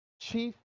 Chief